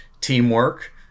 Teamwork